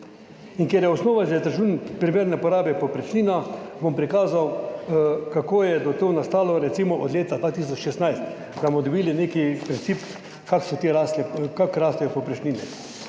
In ker je osnova za izračun primerne porabe povprečnina, bom prikazal, kako je to nastajalo, recimo od leta 2016, da bomo dobili nek princip, kako rastejo povprečnine.